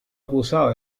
acusado